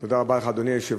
תודה רבה לך, אדוני היושב-ראש.